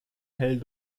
hell